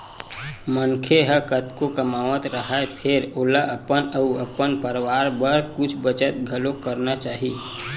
मनखे ह कतको कमावत राहय फेर ओला अपन अउ अपन परवार बर कुछ बचत घलोक करना चाही